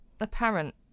apparent